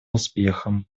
успехом